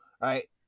Right